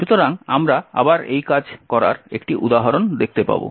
সুতরাং আমরা আবার এই কাজ করার একটি উদাহরণ দেখতে পাব